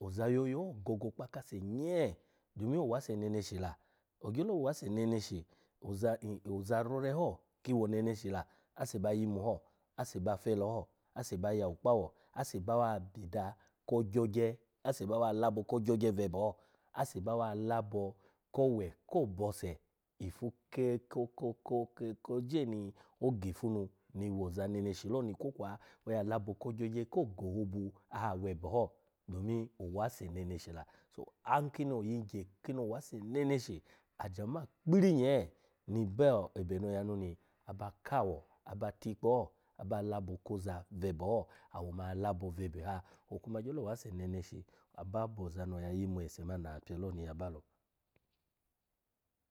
oza yoya ho gogo kpa akase nyee domin owase neneshi la, ogyolo wase neneshi la, ogyolo wase neneshi oza n-n oza rore ho ki wo neneshi la, ase ba yimu ho, ase ba fela ho, ase ba yawu kpa awo, ase bawa bida ko gyogye, ase bawa labo ko ogyogye vebe ho, ase bawa labo kowe ko bose ifu ke ko ko ke koje ni ogifu nu ni woza neneshi loni kwokwa oya labo ko gyogyo ko gohobu awebe ho domin owase neneshi la so a-nkino oyingye nkino owase neneshi ajama kpiri nyee ni bo ebe no ya yanu ni aba kawo aba tikpe ho aba labo koza vebe ho, awo ma ya labo vebe ha, okuma gyolo wase neneshi babu oza no oya yimu ese mani no oya pye lo ni yaba lo.